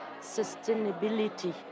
sustainability